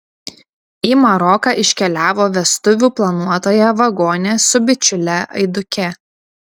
į maroką iškeliavo vestuvių planuotoja vagonė su bičiule aiduke